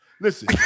Listen